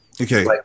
Okay